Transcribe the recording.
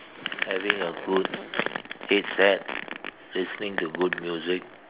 having a good headset listening to good music